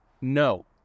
No